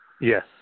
Yes